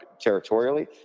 territorially